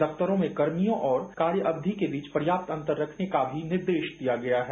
दफ्तरों में कर्मियों और कार्य अवधि के बीच पर्याप्त अंतर रखने का भी निर्देश दिया गया है